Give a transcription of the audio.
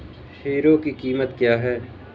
Hero की कीमत क्या है?